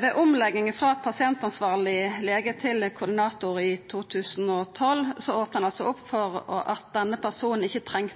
Ved omlegging frå pasientansvarleg lege til koordinator i 2012 opna ein opp for at denne personen ikkje trong